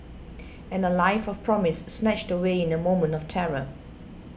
and a life of promise snatched away in a moment of terror